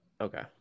okay